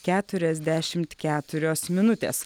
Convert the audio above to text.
keturiasdešimt keturios minutės